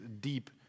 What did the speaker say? deep